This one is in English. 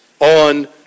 on